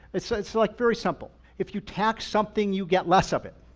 it's ah it's like very simple. if you tax something, you get less of it,